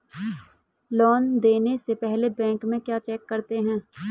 Loan देने से पहले बैंक में क्या चेक करते हैं?